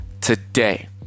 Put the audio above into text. today